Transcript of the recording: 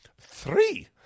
Three